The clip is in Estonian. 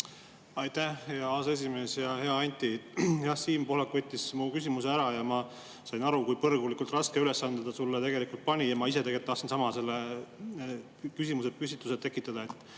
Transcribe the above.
Aitäh, hea aseesimees! Hea Anti! Siim Pohlak võttis mu küsimuse ära ja ma sain aru, kui põrgulikult raske ülesande ta sulle tegelikult pani. Ma ise tahtsin sama küsimusepüstituse teha.